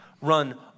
run